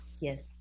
Yes